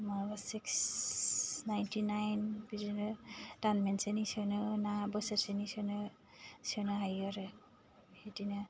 माबा six ninety nine बिदिनो दान मोनसेनि सोनो ना बोसोरसेनि सोनो सोनो हायो आरो बिदिनो